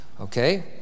Okay